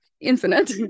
Infinite